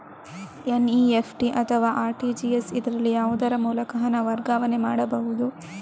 NEFT ಅಥವಾ RTGS, ಇದರಲ್ಲಿ ಯಾವುದರ ಮೂಲಕ ಹಣ ವರ್ಗಾವಣೆ ಮಾಡಬಹುದು?